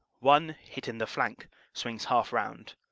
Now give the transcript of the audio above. one, hit in the flank swings half round.